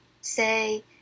say